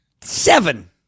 Seven